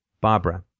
Barbara